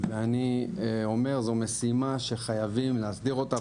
ואני אומר: זו משימה שחייבים להסדיר אותה.